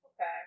Okay